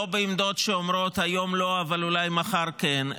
לא בעמדות שאומרות שהיום לא אבל אולי מחר כן,